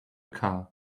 car